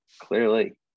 Clearly